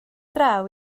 draw